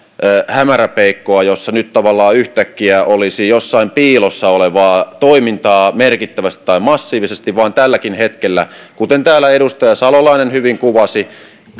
hämäräpeikkoa jossa nyt tavallaan yhtäkkiä olisi jossain piilossa olevaa toimintaa merkittävästi tai massiivisesti vaan tälläkin hetkellä kuten täällä edustaja salolainen hyvin kuvasi